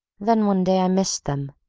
then one day i missed them,